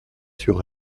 sur